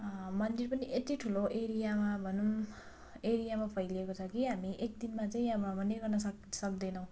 मन्दिर पनि यति ठुलो एरियामा भनौँ एरियामा फैलिएको छ कि हामी एक दिनमा चाहिँ भ्रमण गर्न सक् सक्दैनौँ